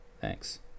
Thanks